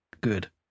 Good